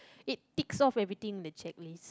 it ticks off everything in the checklist